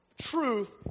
truth